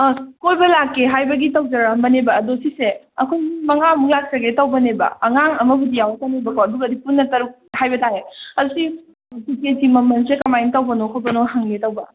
ꯑꯥ ꯀꯣꯏꯕ ꯂꯥꯛꯀꯦ ꯍꯥꯏꯕꯒꯤ ꯇꯧꯖꯔꯛꯑꯝꯕꯅꯦꯕ ꯑꯗꯣ ꯁꯤꯁꯦ ꯑꯩꯈꯣꯏ ꯃꯤ ꯃꯉꯥꯃꯨꯛ ꯂꯥꯛꯆꯒꯦ ꯇꯧꯕꯅꯦꯕ ꯑꯉꯥꯡ ꯑꯃꯕꯨꯗꯤ ꯌꯥꯎꯔꯛꯀꯅꯦꯕꯀꯣ ꯑꯗꯨꯒꯗꯤ ꯄꯨꯟꯅ ꯇꯔꯨꯛ ꯍꯥꯏꯕꯇꯥꯔꯦ ꯑꯗꯣ ꯁꯤ ꯇꯤꯛꯀꯦꯠꯀꯤ ꯃꯃꯜꯁꯦ ꯀꯃꯥꯏꯅ ꯇꯧꯕꯅꯣ ꯈꯣꯠꯄꯅꯣ ꯍꯪꯒꯦ ꯇꯧꯕ